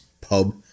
Pub